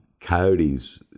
coyotes